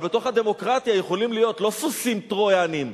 אבל בתוך הדמוקרטיה יכולים להיות לא סוסים טרויאניים,